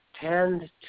tend